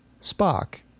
Spock